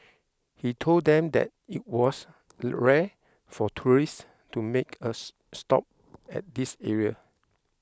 he told them that it was rare for tourists to make us stop at this area